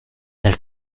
nel